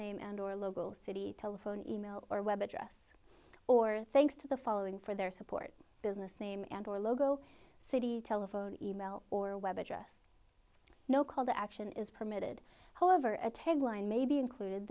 name and or local city telephone email or web address or thanks to the following for their support business name and or logo city telephone e mail or web address no call to action is permitted however attend line may be include